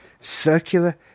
circular